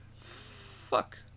fuck